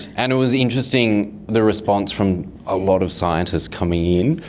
and it was interesting the response from a lot of scientists coming in,